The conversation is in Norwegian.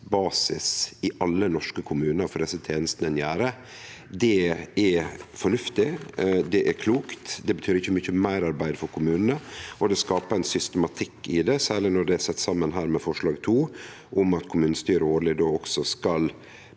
basis i alle norske kommunar for tenestene ein gjev, er fornuftig og klokt. Det betyr ikkje mykje meirarbeid for kommunane, og det skapar ein systematikk i det, særleg når det er sett saman med forslag nr. 2, om at kommunestyret årleg skal